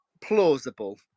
plausible